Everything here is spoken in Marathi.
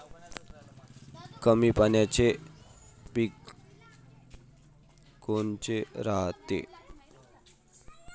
कमी पाण्याचे पीक कोनचे रायते?